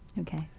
Okay